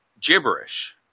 gibberish